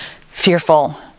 fearful